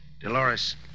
Dolores